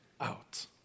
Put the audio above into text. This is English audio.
out